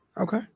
Okay